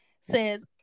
says